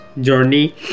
journey